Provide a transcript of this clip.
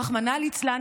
רחמנא ליצלן,